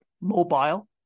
mobile